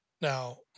Now